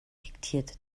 diktierte